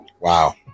Wow